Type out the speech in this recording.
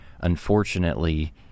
unfortunately